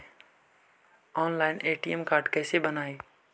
Online ATM card कैसे बनाई?